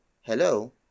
hello